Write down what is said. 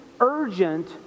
urgent